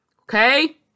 okay